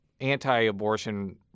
anti-abortion